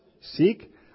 Seek